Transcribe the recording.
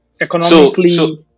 economically